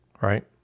right